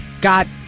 got